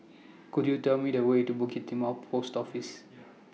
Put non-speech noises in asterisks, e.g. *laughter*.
*noise* Could YOU Tell Me The Way to Bukit Timah Post Office